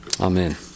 Amen